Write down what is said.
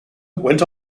went